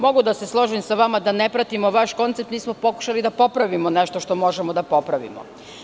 Mogu da se složim sa vama da ne pratimo vaš koncept, mi smo pokušali da popravimo nešto što možemo da popravimo.